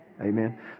Amen